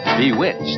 bewitched